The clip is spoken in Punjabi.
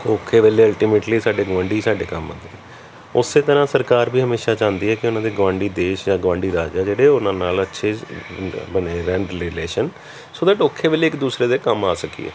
ਔਖੇ ਵੇਲੇ ਅਲਟੀਮੇਟਲੀ ਸਾਡੇ ਗੁਆਂਡੀ ਹੀ ਸਾਡੇ ਕੰਮ ਆਉਂਦੇ ਹੈ ਉਸ ਤਰ੍ਹਾਂ ਸਰਕਾਰ ਵੀ ਹਮੇਸ਼ਾਂ ਚਾਹੁੰਦੀ ਹੈ ਕਿ ਉਹਨਾਂ ਦੇ ਗੁਆਂਡੀ ਦੇਸ਼ ਜਾ ਗੁਆਂਡੀ ਰਾਜ ਆ ਜਿਹੜੇ ਉਹਨਾਂ ਨਾਲ ਅੱਛੇ ਬਣੇ ਰਹਿਣ ਰ ਰਿਲੇਸ਼ਨ ਸੋ ਦੈਟ ਔਖੇ ਵੇਲੇ ਇੱਕ ਦੂਸਰੇ ਦੇ ਕੰਮ ਆ ਸਕੀਏ